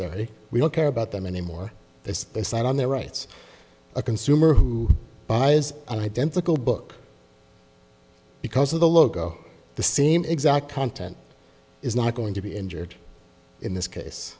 said we don't care about them anymore as they sat on their rights a consumer who buys an identical book because of the logo the same exact content is not going to be injured in this case